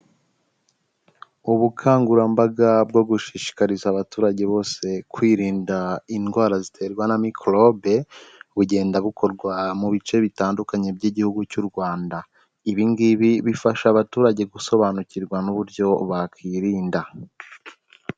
Ubukangurambaga bwo gushishikariza abaturage bose kwirinda indwara ziterwa na mikorobe. Bugenda bukorwa mu bice bitandukanye by'igihugu cy'u Rwanda. Ibi ngibi bifasha abaturage gusobanukirwa n'uburyo bakwirinda.